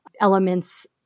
elements